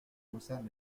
concerne